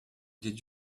did